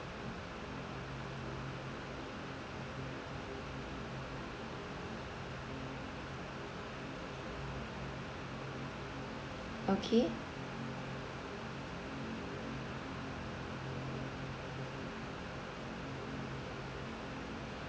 okay